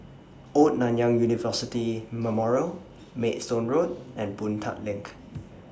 Old Nanyang University Memorial Maidstone Road and Boon Tat LINK